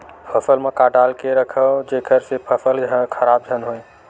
फसल म का डाल के रखव जेखर से फसल खराब झन हो?